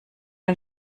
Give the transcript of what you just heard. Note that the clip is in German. den